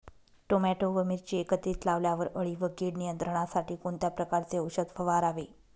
Tomato व मिरची एकत्रित लावल्यावर अळी व कीड नियंत्रणासाठी कोणत्या प्रकारचे औषध फवारावे?